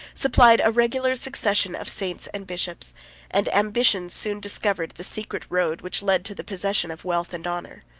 supplied a regular succession of saints and bishops and ambition soon discovered the secret road which led to the possession of wealth and honors.